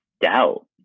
doubt